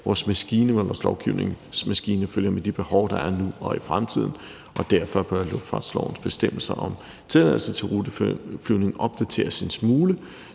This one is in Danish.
vores lovgivningsmaskine følger med de behov, der er nu og i fremtiden, og derfor bør luftfartslovens bestemmelser om tilladelse til ruteflyvning opdateres en smule,